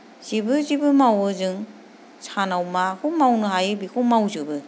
जेबो जेबो मावो जों सानाव माखौ मावनो हायो बेखौ मावजोबो